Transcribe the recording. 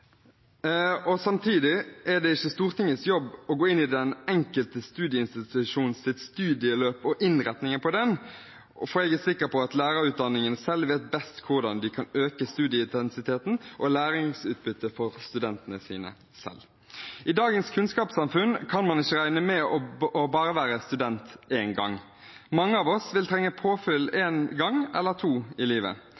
jobb. Samtidig er det ikke Stortingets jobb å gå inn i den enkelte studieinstitusjons studieløp og innretningen på dem, for jeg er sikker på at lærerutdanningen selv vet best hvordan de kan øke studieintensiteten og læringsutbyttet for studentene sine. I dagens kunnskapssamfunn kan man ikke regne med å være student bare én gang. Mange av oss vil trenge påfyll